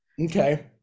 okay